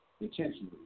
intentionally